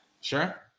Sure